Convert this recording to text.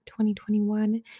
2021